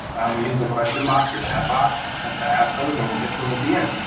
um use the question box or chat box and to ask those and we'll get to them at the end.